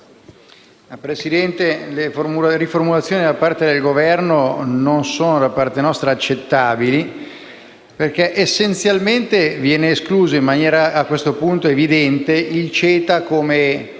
Presidente, le riformulazioni del Governo non sono per noi accettabili, perché essenzialmente viene esclusa in maniera a questo punto evidente il CETA come atto